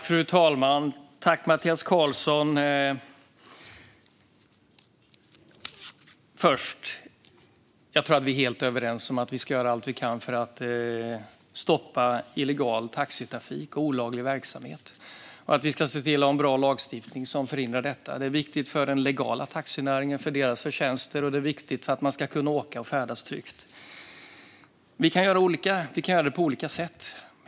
Fru talman! Först: Jag tror, Mattias Karlsson, att vi är helt överens om att vi ska göra allt vi kan för att stoppa illegal taxitrafik och olaglig verksamhet. Vi ska se till att ha en bra lagstiftning som förhindrar detta. Det är viktigt för den legala taxinäringen, för taxiförarnas förtjänster. Och det är viktigt för att man ska kunna färdas tryggt. Vi kan göra detta på olika sätt.